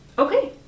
Okay